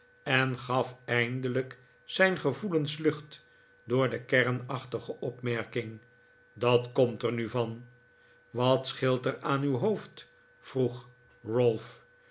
en gaf eindelijk zijn gevoelens lucht door de kernachtige opmerking dat komt er nu van wat scheelt er aan uw hoofd vroeg ralph